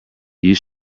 you